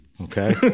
Okay